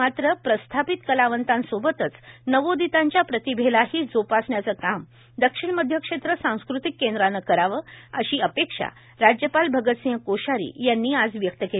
मात्र प्रस्थापित कलावंतांसोबतच नवोदितांच्या प्रतिभेलाही जोपासण्याच काम दक्षिण मध्य क्षेत्र सांस्कृतिक केंद्रान कराव अशी अपेक्षा राज्यपाल भगत सिंह कोश्यारी यांनी आज व्यक्त केली